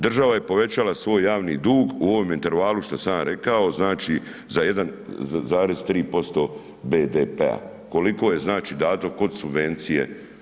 Država je povećala svoj javni dug u ovome intervalu što sam ja rekao znači za 1,3% BDP-a, koliko je znači dato kod subvencije.